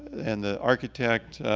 and the architect